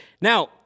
Now